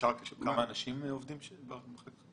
אפשר לדעת כמה אנשים עובדים שם?